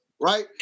right